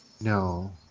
No